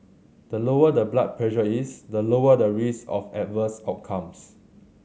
the lower the blood pressure is the lower the risk of adverse outcomes